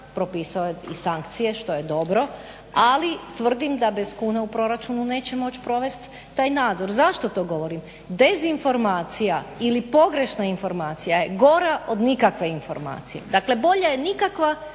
propisao je i sankcije što je dobro, ali tvrdim da bez kune u proračunu neće moći provesti taj nadzor. Zašto to govorim? Dezinformacija ili pogrešna informacija je gora od nikakve informacije, dakle bolja je nikakva